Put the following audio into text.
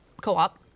co-op